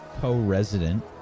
co-resident